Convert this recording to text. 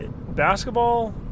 basketball